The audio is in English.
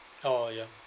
oh ya